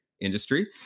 industry